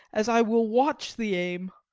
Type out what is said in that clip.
as i will watch the aim,